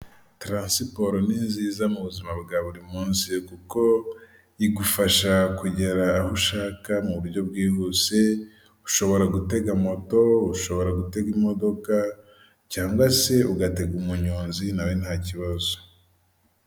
Transiporo ni nziza mu buzima bwa buri munsi, kuko igufasha kugera aho ushaka mu buryo bwihuse. Ushobora gutega moto, ushobora gutega imodoka, cyangwa se ugatega umunyonzi, nawe nta kibazo.